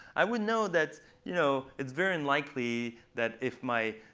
i would know that you know it's very unlikely that if my